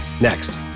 next